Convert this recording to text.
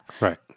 right